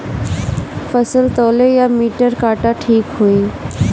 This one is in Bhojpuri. फसल तौले ला मिटर काटा ठिक होही?